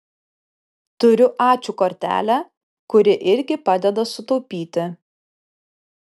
turiu ačiū kortelę kuri irgi padeda sutaupyti